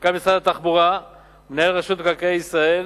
מנכ"ל משרד התחבורה ומנהל רשות מקרקעי ישראל.